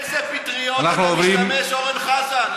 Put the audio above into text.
באיזה פטריות אתה משתמש, אורן חזן?